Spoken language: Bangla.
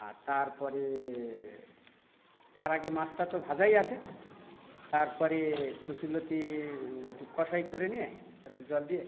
আর তারপরে তার আগে মাছটা তো ভাজাই আছে তারপরে কচুরলতি একটু কষা করে নিয়ে তারপর জল দিয়ে